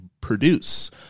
produce